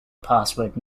password